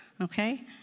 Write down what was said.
okay